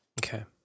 okay